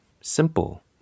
simple